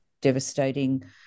devastating